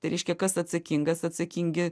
tai reiškia kas atsakingas atsakingi